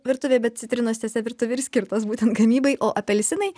virtuvei bet citrinos tiesa virtuvei ir skirtos būtent gamybai o apelsinai